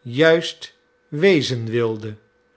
juist wezen wilde